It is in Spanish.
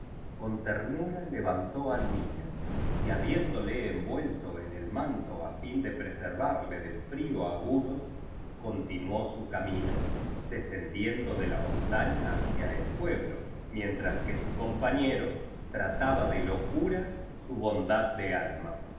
con ternura levantó al niño y habiéndole envuelto en el manto á fin de preservarle del frío agudo continuó su camino descendiendo de la montaña hacia el pueblo mientras que su compañero trataba de locura su bondad de alma y